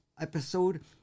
episode